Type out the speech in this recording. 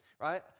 right